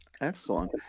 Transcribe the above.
Excellent